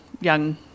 young